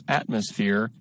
atmosphere